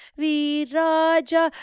viraja